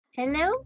Hello